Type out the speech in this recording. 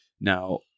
Now